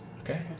Okay